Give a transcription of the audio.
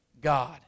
God